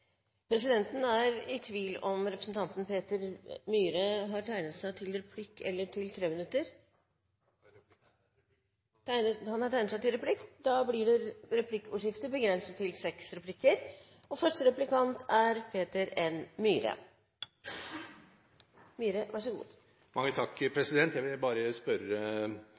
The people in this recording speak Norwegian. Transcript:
Presidenten er i tvil om representanten Peter N. Myhre har tegnet seg til replikk eller til en treminutter. Jeg har tegnet meg til replikk! Peter N. Myhre har tegnet seg til replikk. Da blir det replikkordskifte.